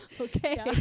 okay